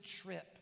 trip